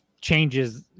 changes